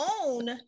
own